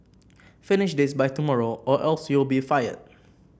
finish this by tomorrow or else you'll be fired